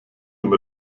dem